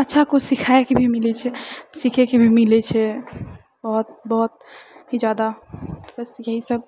अच्छा किछु सीखएके भी मिलैत छै सीखएके भी मिलैत छै बहुत बहुत ही जादा बस इएह सब